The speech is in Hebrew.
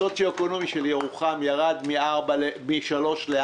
המעמד הסוציו-אקונומי של ירוחם ירד מ-4 ל-3,